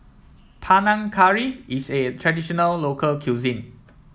Panang Curry is a traditional local cuisine